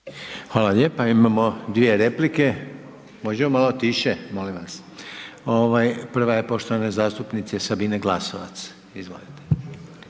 Hvala lijepo. Imamo dvije replike. Možemo malo tiše molim vas? Prvo je poštovane zastupnice Sabine Glasovac. Izvolite.